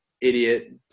idiot